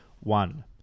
One